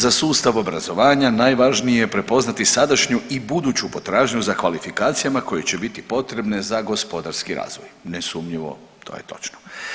Za sustav obrazovanja najvažnije je prepoznati sadašnju i buduću potražnju za kvalifikacijama koje će biti potrebne za gospodarski razvoj, nesumnjivo to je točno.